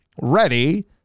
Ready